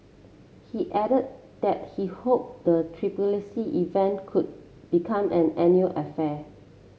he added that he hoped the event could become an annual affair